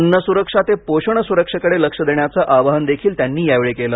अन्न सुरक्षा ते पोषण सुरक्षेकडे लक्ष देण्याचं अवाहनदेखील त्यांनी यावेळी केलं